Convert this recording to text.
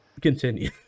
continue